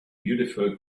beautiful